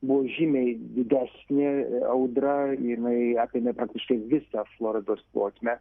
buvo žymiai didesnė audra jinai apėmė praktiškai visą floridos plotmę